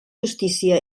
justícia